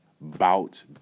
bout